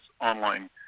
online